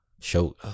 show